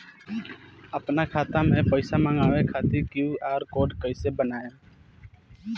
आपन खाता मे पईसा मँगवावे खातिर क्यू.आर कोड कईसे बनाएम?